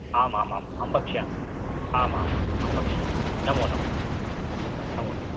आमामाम् अहं वक्ष्यामि आमामाम् अहं वक्ष्यामि नमो नमः नमो नमः